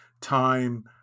time